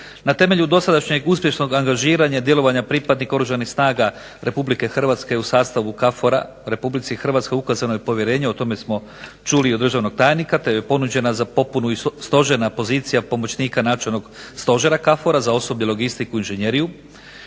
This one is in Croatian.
Na temelju dosadašnjeg uspješnog angažiranja djelovanja pripadnika Oružanih snaga RH u sastavu KFOR-a Republici Hrvatskoj ukazano je povjerenje, o tome smo čuli i od državnog tajnika te je ponuđena za popunu i stožerna pozicija pomoćnika Načelnog stožera KFOR-a za osobnu logistiku i inženjeriju